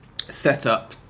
setup